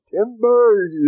Timber